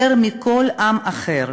יותר מכל עם אחר,